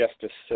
justice